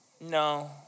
No